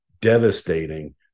devastating